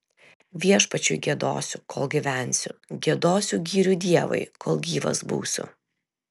viešpačiui giedosiu kol gyvensiu giedosiu gyrių dievui kol gyvas būsiu